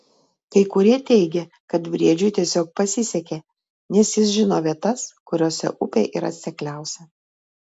kai kurie teigė kad briedžiui tiesiog pasisekė nes jis žino vietas kuriose upė yra sekliausia